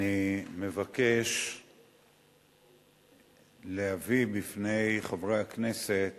אני מבקש להביא בפני חברי הכנסת